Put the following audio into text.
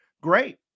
Great